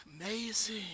Amazing